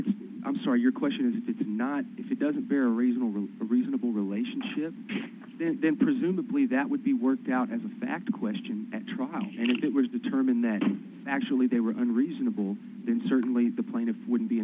it's i'm sorry your question is if it's not if it doesn't bear a reasonable reasonable relationship then presumably that would be worked out as a fact question at trial and it was determined that actually they were unreasonable then certainly the plaintiff would